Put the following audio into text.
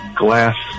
glass